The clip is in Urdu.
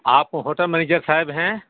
آپ ہوٹل مینیجر صاحب ہیں